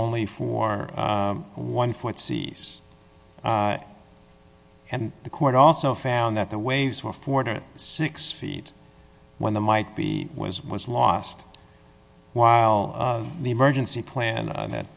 only for one foot seas and the court also found that the waves were four to six feet when the might be was was lost while the emergency plan that